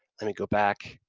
let me go back.